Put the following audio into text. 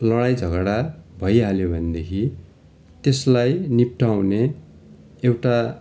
लडाइँ झगडा भइहाल्यो भनेदेखि त्यसलाई निप्टाउने एउटा